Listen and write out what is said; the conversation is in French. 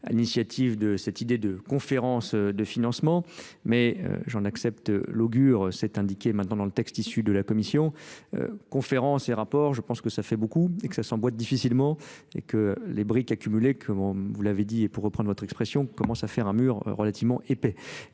initiative de cette idée de conférence j'en accepte l'augure c'est maintenant dans le texte issu de la commission Euh conférences et rapports je pense que ça fait beaucoup et que ça s'emboîte difficilement et que les briques accumulées comme vous l'avez dit, et pour reprendre votre expression, commencent à faire un mur relativement épais.